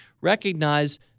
recognize